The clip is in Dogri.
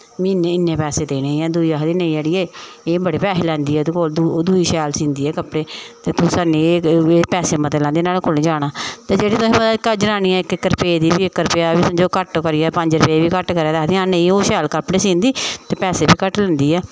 में इन्ने पैसे देने ऐं दुई आखदी नेईं अड़िये एह् बड़े पैहे लैंदी ऐ एह्दे कोल दूई शैल सींदी ऐ कपड़े ते एह् पैसे मते लैंदी ऐ नुहाड़े कोल निं जाना ते जनानियां तुसेंगी पता इक इक रपेऽ दी इक रपेआ बी समझो घट्ट करियै पंज रपेऽ बी घट्ट करै ते आखदियां नेईं ओह् शैल कपड़े सींदी ते पैसे बी घट्ट लैंदी ऐ